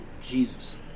Jesus